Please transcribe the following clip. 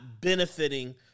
benefiting